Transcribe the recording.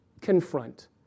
confront